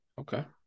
Okay